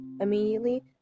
Immediately